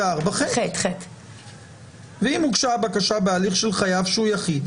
134ח. אם הוגשה הבקשה בהליך של חייב שהוא יחיד,